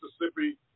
Mississippi